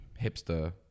hipster